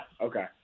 Okay